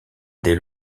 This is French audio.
dès